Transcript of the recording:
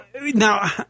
Now